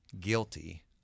guilty